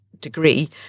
degree